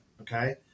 Okay